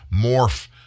morph